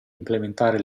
implementare